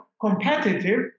competitive